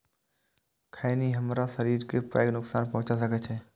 खैनी हमरा शरीर कें पैघ नुकसान पहुंचा सकै छै